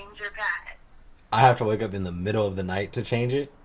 yeah i have to wake up in the middle of the night to change it?